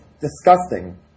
disgusting